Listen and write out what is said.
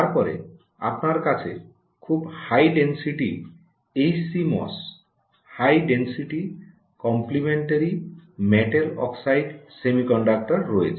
তারপরে আপনার কাছে খুব high density HCMOS high density complementary metal oxide semiconductor রয়েছে